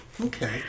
Okay